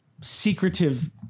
secretive